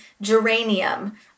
geranium